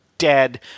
dead